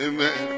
Amen